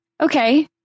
Okay